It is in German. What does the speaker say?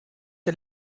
der